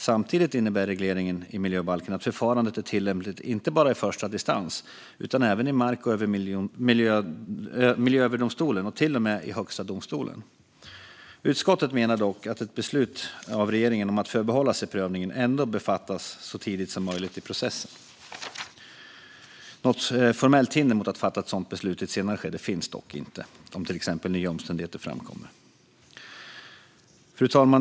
Samtidigt innebär regleringen i miljöbalken att förfarandet är tillämpligt inte bara i första instans utan även i Mark och miljööverdomstolen och till och med i Högsta domstolen. Utskottet menar dock att ett beslut av regeringen om att förbehålla sig prövningen ändå bör fattas så tidigt som möjligt i processen. Något formellt hinder mot att fatta ett sådant beslut i ett senare skede, till exempel om nya omständigheter framkommer, finns dock inte. Fru talman!